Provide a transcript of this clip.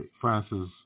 France's